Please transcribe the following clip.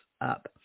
up